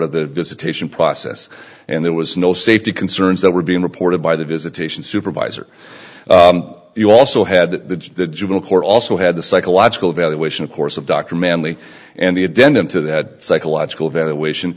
of the visitation process and there was no safety concerns that were being reported by the visitation supervisor you also had the juvenile court also had the psychological evaluation of course of dr manley and the a dent into that psychological evaluation